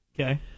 Okay